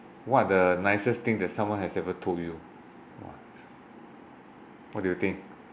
what the nicest thing that someone has ever told you what do you think